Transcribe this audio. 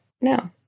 No